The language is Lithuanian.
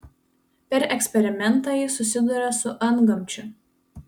per eksperimentą jis susiduria su antgamčiu